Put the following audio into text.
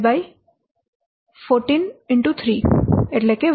01 14 3 1